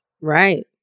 Right